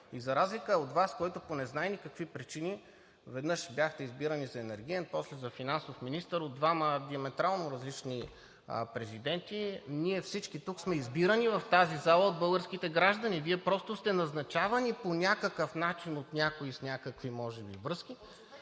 И за разлика от Вас, който по незнайно какви причини веднъж бяхте избран за енергиен, после за финансов министър от двама диаметрално различни президенти, ние всички тук сме избирани в тази зала от българските граждани. Вие просто сте назначавани по някакъв начин от някой – може би с някакви връзки,